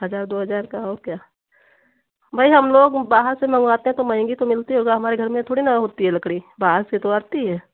हजार दो हजार का और क्या भाई हम लोग बाहर से मँगवाते हैं तो महंगी तो मिलती होगी हमारे घर में थोड़ी न होती है लकड़ी बाहर से तो आती है